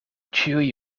ĉiuj